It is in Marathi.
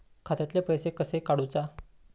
खात्यातले पैसे कशे काडूचा?